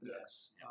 yes